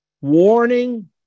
warning